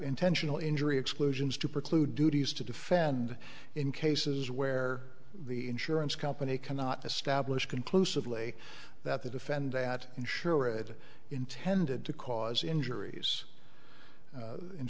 intentional injury exclusions to preclude duties to defend in cases where the insurance company cannot establish conclusively that the defend that ensure it intended to cause injuries